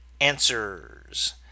answers